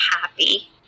happy